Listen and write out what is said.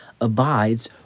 abides